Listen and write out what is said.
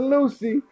Lucy